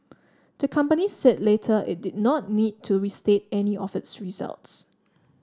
the company said later it did not need to restate any of its results